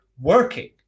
working